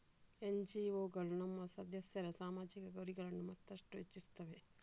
ಎನ್.ಜಿ.ಒಗಳು ತಮ್ಮ ಸದಸ್ಯರ ಸಾಮಾಜಿಕ ಗುರಿಗಳನ್ನು ಮತ್ತಷ್ಟು ಹೆಚ್ಚಿಸುತ್ತವೆ